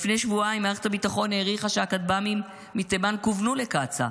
לפני שבועיים מערכת הביטחון העריכה שהכטב"מים מתימן כוונו לקצא"א,